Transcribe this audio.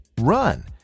Run